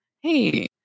Hey